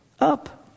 up